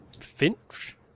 Finch